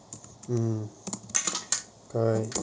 mm correct